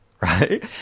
right